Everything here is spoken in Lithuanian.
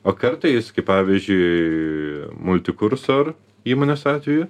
o kartais kaip pavyzdžiui multikursor įmonės atveju